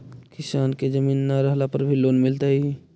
किसान के जमीन न रहला पर भी लोन मिलतइ?